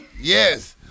Yes